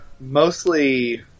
mostly